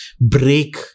break